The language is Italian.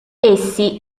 essi